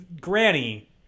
granny